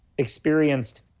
experienced